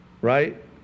right